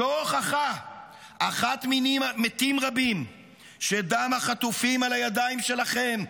זו הוכחה אחת מני מתים רבים שדם החטופים על הידיים שלכם.